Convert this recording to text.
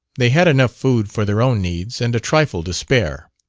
they had enough food for their own needs and a trifle to spare.